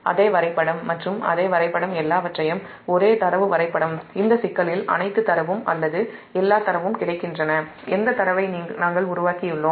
அதே வரைபடம் மற்றும் எல்லாவற்றையும் ஒரே டேட்டா வரைபடம் இந்த சிக்கலில் அனைத்து டேட்டாவும் கிடைக்கின்றன எந்த டேட்டாவை நாம் உருவாக்கியுள்ளோம்